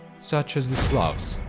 such as the slavs,